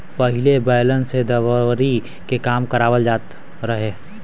पहिले बैलन से दवरी के काम करवाबल जात रहे